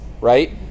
right